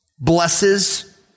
blesses